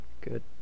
Good